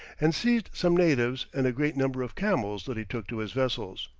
and seized some natives and a great number of camels that he took to his vessels.